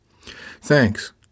Thanks